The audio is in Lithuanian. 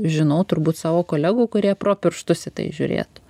žinau turbūt savo kolegų kurie pro pirštus į tai žiūrėtų